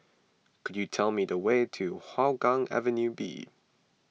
could you tell me the way to Hougang Avenue B